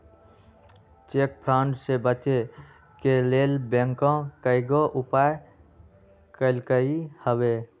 cheque fraud से बचे के लेल बैंकों कयगो उपाय कलकइ हबे